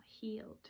healed